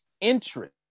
interest